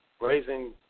Raising